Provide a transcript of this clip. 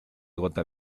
gota